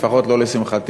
לפחות לא לשמחתי,